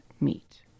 meet